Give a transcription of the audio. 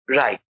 right